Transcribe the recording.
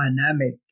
dynamic